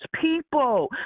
people